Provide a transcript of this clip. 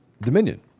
Dominion